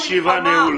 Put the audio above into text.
הישיבה נעולה.